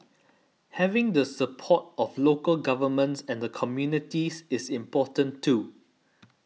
having the support of local governments and the communities is important too